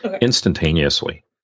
instantaneously